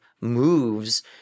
moves